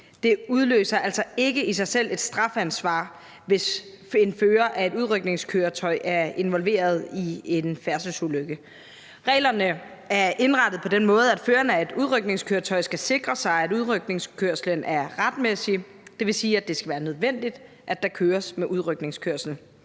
Det udløser altså ikke i sig selv et strafansvar, hvis en fører af et udrykningskøretøj er involveret i en færdselsulykke. Reglerne er indrettet på den måde, at føreren af et udrykningskøretøj skal sikre sig, at udrykningskørslen er retmæssig, det vil sige, at det skal være nødvendigt, at der køres med udrykningskøretøjer.